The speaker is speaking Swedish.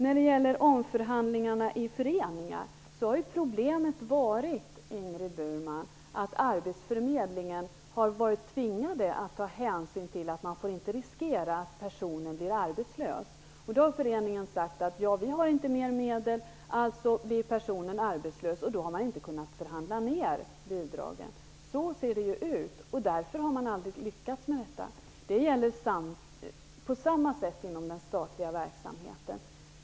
När det gäller omförhandlingar i föreningar, Ingrid Burman, har problemet varit att arbetsförmedlingen har varit tvingad att ta hänsyn till att man inte får riskera att personen blir arbetslös. Då har föreningen sagt: Vi har inte mer medel. Personen blir alltså arbetslös, och då har man inte kunnat förhandla ner bidragen. Så ser det ut. Det är därför man aldrig har lyckats med detta. Det gäller på samma sätt inom den statliga verksamheten.